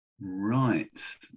right